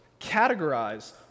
categorize